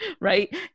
right